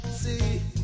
see